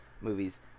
movies